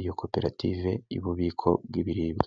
iyo koperative y'ububiko bw'ibiribwa.